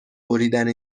بریدن